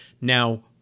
Now